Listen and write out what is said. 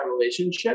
relationship